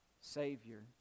Savior